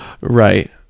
Right